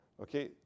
okay